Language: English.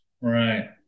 Right